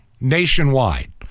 nationwide